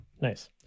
Nice